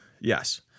Yes